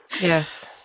Yes